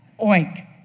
oink